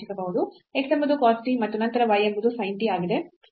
x ಎಂಬುದು cos t ಮತ್ತು ನಂತರ y ಎಂಬುದು sin t ಆಗಿದೆ